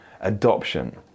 adoption